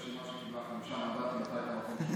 נכנסת ברשימה שקיבלה חמישה מנדטים,